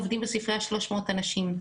עובדים בספריה 300 אנשים,